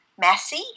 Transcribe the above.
messy